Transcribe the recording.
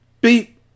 Beep